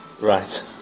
Right